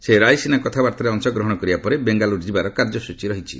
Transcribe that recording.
ସେ ରାଇସିନା କଥାବାର୍ତ୍ତାରେ ଅଂଶଗ୍ରହଣ କରିବା ପରେ ବେଙ୍ଗାଲୁର ଯିବାର କାର୍ଯ୍ୟସୂଚୀ ରହିଛି